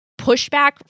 pushback